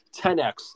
10X